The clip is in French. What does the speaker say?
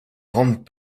rendent